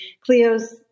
Cleo's